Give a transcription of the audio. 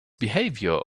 behavior